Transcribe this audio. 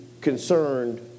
concerned